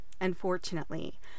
unfortunately